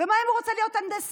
ומה אם הוא רוצה להיות הנדסאי?